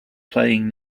playing